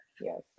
Yes